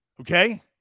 Okay